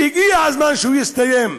שהגיע הזמן שהוא יסתיים.